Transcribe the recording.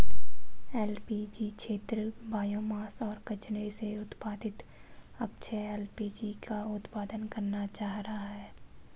LPG क्षेत्र biomass और कचरे से उत्पादित अक्षय एल.पी.जी का उत्पादन करना चाह रहा है